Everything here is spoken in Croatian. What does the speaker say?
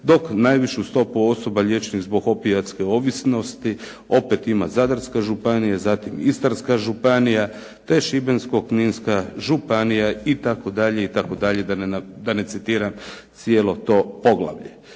dok najvišu stopu osoba liječenih zbog opijatske ovisnosti opet ima Zadarska županija zatim Istarska županija te Šibensko-kninska županija" itd., itd. da ne citiram cijelo to poglavlje.